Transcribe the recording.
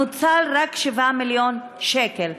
נוצלו רק 7 מיליון שקל.